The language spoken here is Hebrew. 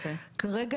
כרגע,